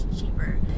cheaper